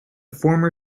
former